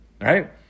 right